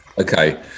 Okay